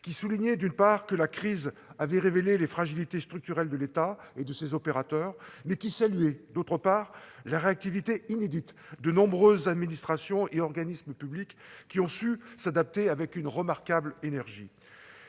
soulignait que la crise avait révélé les fragilités structurelles de l'État et de ses opérateurs, et qui, d'autre part, saluait la réactivité inédite de nombreuses administrations et organismes publics ayant su s'adapter avec une remarquable énergie.